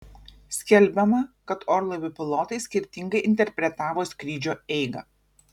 skelbiama kad orlaivių pilotai skirtingai interpretavo skrydžio eigą